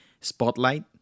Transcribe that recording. spotlight